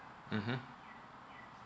mmhmm